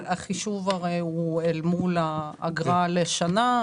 החישוב הרי הוא אל מול האגרה לשנה,